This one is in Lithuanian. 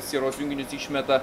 sieros junginius išmeta